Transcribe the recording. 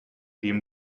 dem